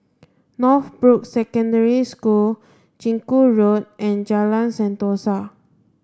Northbrooks Secondary School Chiku Road and Jalan Sentosa